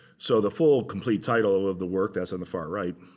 so the full complete title of the work, that's on the far right,